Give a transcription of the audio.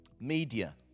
Media